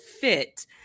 fit